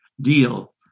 Deal